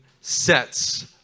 sets